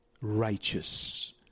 righteous